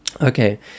Okay